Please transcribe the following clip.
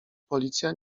policja